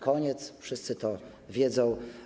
Koniec, wszyscy to wiedzą.